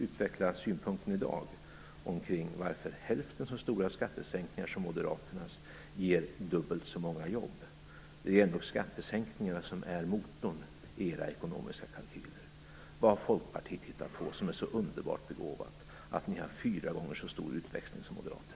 Utveckla i dag synpunkten kring varför hälften så stora skattesänkningar som Moderaterna föreslår ger dubbelt så många jobb. Det är ändå skattesänkningarna som är motorn i era ekonomiska kalkyler. Vad har Folkpartiet hittat på som är så underbart begåvat att ni har fyra gånger så stor utväxling som Moderaterna?